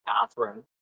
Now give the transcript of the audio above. Catherine